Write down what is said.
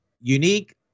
unique